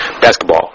basketball